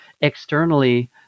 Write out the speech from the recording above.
externally